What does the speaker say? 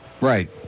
Right